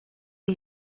you